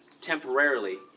temporarily